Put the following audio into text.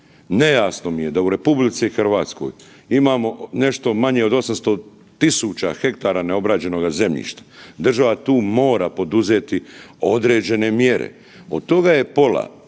Nejasno mi je da u RH imamo nešto manje od 800 000 hektara neobrađenoga zemljišta, država tu mora poduzeti određene mjere, od toga je pola